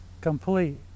complete